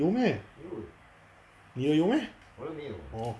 有 eh 你的有 meh orh